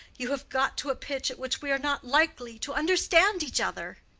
you have got to a pitch at which we are not likely to understand each other.